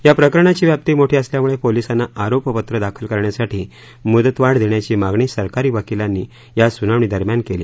या प्रकरणाची व्याप्ती मोठी असल्यामुळे पोलिसांना आरोपपत्र दाखल करण्यासाठी मुदतवाढ देण्याची मागणी सरकारी वकिलांनी या सुनावणी दरम्यान केली